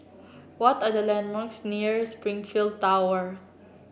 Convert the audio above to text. what are the landmarks near Springleaf Tower